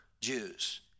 jews